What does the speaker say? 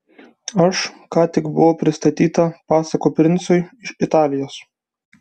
aš ką tik buvau pristatyta pasakų princui iš italijos